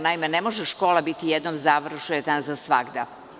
Naime, ne može škola biti jednom završena za svagda.